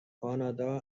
کانادا